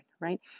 right